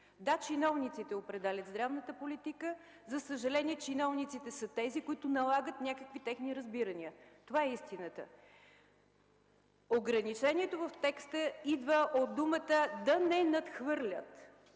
Да, чиновниците определят здравната политика. За съжаление чиновниците са тези, които налагат някакви техни разбирания. Това е истината. Ограничението в текста идва от думата „да не надхвърлят”.